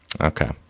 okay